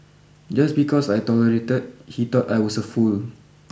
just because I tolerated he thought I was a fool